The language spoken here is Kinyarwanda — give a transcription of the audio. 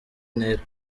ntera